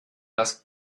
das